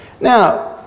Now